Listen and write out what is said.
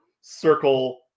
circle